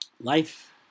Life